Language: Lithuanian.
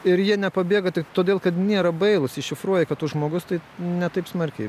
ir jie nepabėga tik todėl kad nėra bailūs iššifruoja kad žmogus tai ne taip smarkiai